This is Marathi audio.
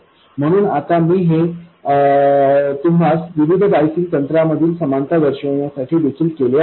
म्हणून आता मी हे तुम्हाला विविध बायसिंग तंत्रांमधील समानता दर्शविण्यासाठी देखील केले आहे